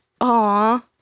Aw